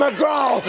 McGraw